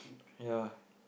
ya